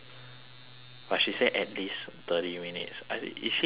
but she say at least thirty minutes I is she playing with us